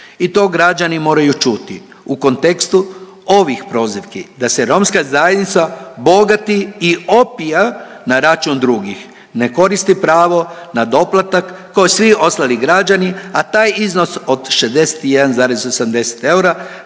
i to građani moraju čuti u kontekstu ovih prozivki da se romska zajednica bogati i opija na račun drugih, ne koristi pravo na doplatak kao i svi ostali građani, a taj iznos od 61,80 eura